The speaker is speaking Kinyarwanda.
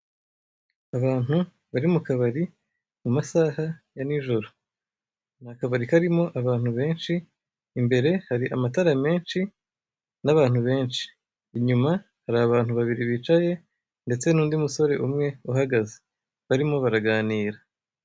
Abantu bari mu kabari mu masaha ya nijoro, ni akabari karimo abantu benshi, imbere hari amatara menshi n'abantu benshi, inyuma hari abantu babiri bicaye ndetse n'undi musore umwe uhagaze barimo baraganira.